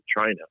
China